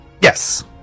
yes